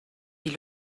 dit